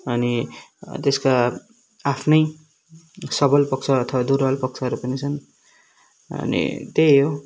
अनि त्यसका आफ्नै सबल पक्ष अथवा दुर्बल पक्षहरू पनि छन् अनि त्यही हो